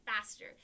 faster